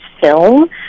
Film